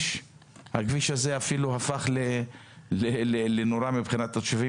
הכביש הזה אפילו הפך לנורא מבחינת התושבים